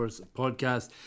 podcast